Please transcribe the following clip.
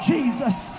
Jesus